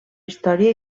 història